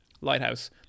lighthouse